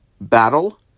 battle